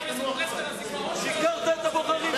שיקרתם לבוחרים.